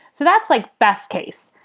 so that's like best case.